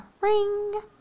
Ring